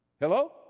Hello